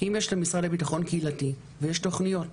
כי אם יש למשרד לביטחון קהילתי ויש תוכניות,